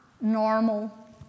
normal